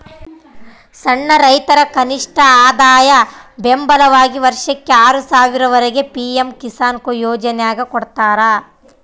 ಸಣ್ಣ ರೈತರ ಕನಿಷ್ಠಆದಾಯ ಬೆಂಬಲವಾಗಿ ವರ್ಷಕ್ಕೆ ಆರು ಸಾವಿರ ವರೆಗೆ ಪಿ ಎಂ ಕಿಸಾನ್ಕೊ ಯೋಜನ್ಯಾಗ ಕೊಡ್ತಾರ